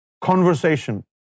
conversation